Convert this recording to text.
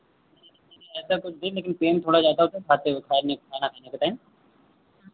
ऐसा कुछ भी नहीं लेकिन पेन थोड़ा ज़्यादा होता है खाते खाना खाने के टाइम